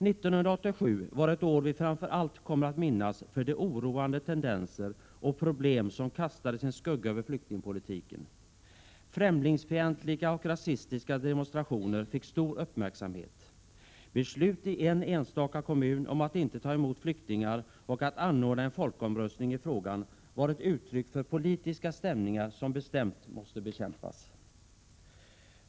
1987 var ett år vi kommer att minnas framför allt för de oroande tendenser och problem som kastade sin skugga över flyktingpolitiken. Främlingsfientliga och rasistiska demonstrationer fick stor uppmärksamhet. Beslut i en enstaka kommun om att inte ta emot flyktingar och att anordna en folkomröstning i frågan var ett uttryck för politiska stämningar som bestämt måste bekämpas.